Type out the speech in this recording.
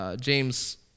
James